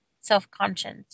self-conscious